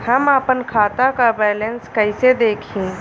हम आपन खाता क बैलेंस कईसे देखी?